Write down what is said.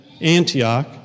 Antioch